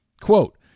quote